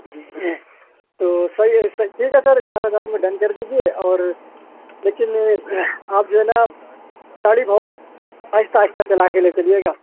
جی تو سر یہ سر ٹھیک ہے سر چار ہزار میں ڈن کر دیجیے اور لیکن آپ جو ہے نا گاڑی بہت آہستہ آہستہ چلا کے لے چلیے گا